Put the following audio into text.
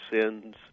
sins